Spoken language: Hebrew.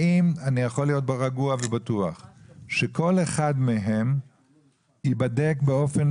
האם אני יכול להיות רגוע ובטוח שכל אחד מהם ייבדק באופן